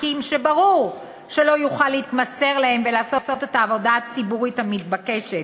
תיקים שברור שלא יוכל להתמסר להם ולעשות את העבודה הציבורית המתבקשת,